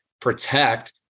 protect